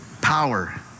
Power